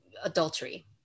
adultery